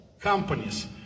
Companies